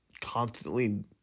constantly